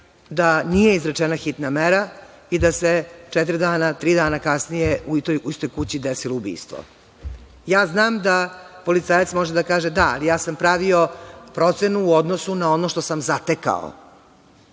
da nije izrečena hitna mera i da se četiri dana, tri dana kasnije u toj istoj kući desilo ubistvo. Znam da policajac može da kaže – da, ali ja sam pravio procenu u odnosu na ono što sam zatekao,